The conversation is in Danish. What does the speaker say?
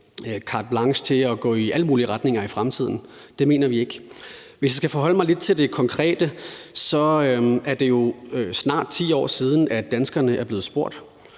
til at gå i alle mulige retninger i fremtiden. Det mener vi ikke. Hvis jeg skal forholde mig lidt til det konkrete, er det jo snart 10 år siden, at danskerne er blevet spurgt,